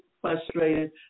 frustrated